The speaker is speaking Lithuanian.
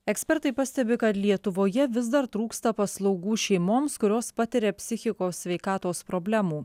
ekspertai pastebi kad lietuvoje vis dar trūksta paslaugų šeimoms kurios patiria psichikos sveikatos problemų